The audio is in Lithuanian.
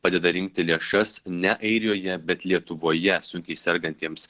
padeda rinkti lėšas ne airijoje bet lietuvoje sunkiai sergantiems